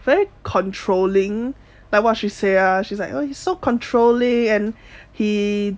that controlling by what she say ah she's like oh you so controlling and he